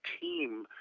team